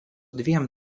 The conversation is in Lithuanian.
dviem